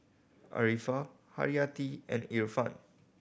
Arifa Haryati and Irfan